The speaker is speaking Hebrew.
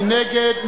מי נגד?